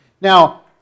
Now